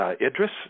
Idris